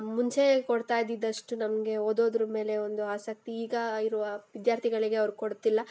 ಮುಂಚೆ ಕೊಡ್ತಾ ಇದ್ದಿದ್ದಷ್ಟು ನಮಗೆ ಓದೋದ್ರ ಮೇಲೆ ಒಂದು ಆಸಕ್ತಿ ಈಗ ಇರುವ ವಿದ್ಯಾರ್ಥಿಗಳಿಗೆ ಅವರು ಕೊಡುತ್ತಿಲ್ಲ